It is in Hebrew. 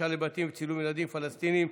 פלישה לבתים וצילום ילדים פלסטינים,